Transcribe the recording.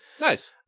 Nice